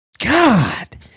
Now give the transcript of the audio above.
God